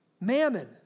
Mammon